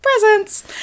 presents